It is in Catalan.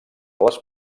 les